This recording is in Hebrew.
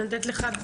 אז אני נותנת לך,